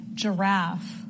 giraffe